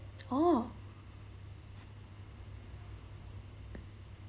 orh